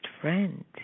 friend